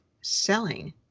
selling